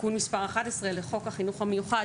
תיקון מס' 11 לחוק החינוך המיוחד,